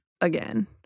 again